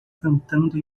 cantando